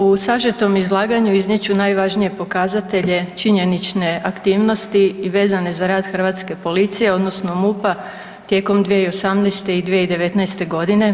U sažetom izlaganju iznijet ću najvažnije pokazatelje činjenične aktivnosti i vezane za rad hrvatske policije odnosno MUP-a tijekom 2018. i 2019.g.